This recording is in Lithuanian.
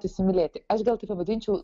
įsimylėti aš gal tai pavadinčiau